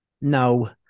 no